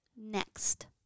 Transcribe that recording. next